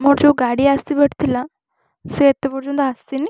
ମୋର ଯେଉଁ ଗାଡ଼ି ଆସିବାର ଥିଲା ସେ ଏତେ ପର୍ଯ୍ୟନ୍ତ ଆସିନି